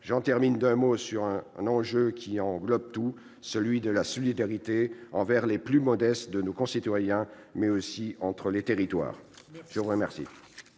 J'en termine d'un mot sur un enjeu qui englobe tout : celui de la solidarité, non seulement envers les plus modestes de nos concitoyens, mais aussi entre les territoires. Il n'y aura